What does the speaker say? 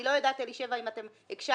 אני לא יודעת, אלישבע, אם אתם הקשבתם.